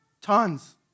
Tons